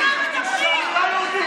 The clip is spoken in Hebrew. כול שיישבו.